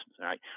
right